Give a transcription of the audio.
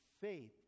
faith